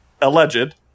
alleged